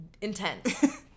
intense